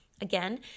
Again